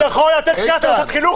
איתן.